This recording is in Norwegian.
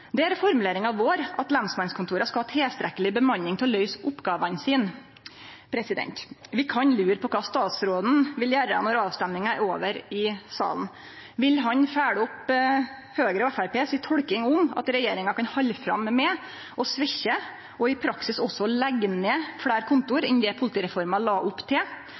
er formuleringa vår at lensmannskontora skal ha tilstrekkeleg bemanning til å løyse oppgåvene sine. Vi kan lure på kva statsråden vil gjere når avrøystinga er over i salen. Vil han følgje opp Høgre og Framstegspartiet si tolking om at regjeringa kan halde fram med å svekkje og i praksis også leggje ned fleire kontor enn det politireforma la opp til?